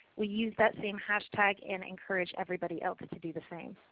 we use that same hashtag and encourage everybody else to do the same.